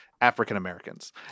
african-americans